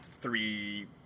three